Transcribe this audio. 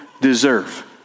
deserve